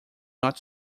not